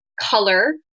color